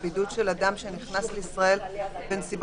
(מס'